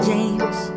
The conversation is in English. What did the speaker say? James